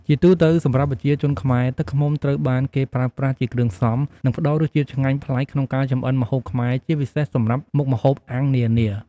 ជាទូទៅ សម្រាប់ប្រជាជនខ្មែរ ទឹកឃ្មុំត្រូវបានគេប្រើប្រាស់ជាគ្រឿងផ្សំ និងផ្តល់រសជាតិឆ្ងាញ់ប្លែកក្នុងការចម្អិនម្ហូបខ្មែរ ជាពិសេសសម្រាប់មុខម្ហូបអាំងនានា។